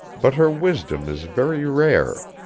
but her wisdom is very rare.